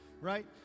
right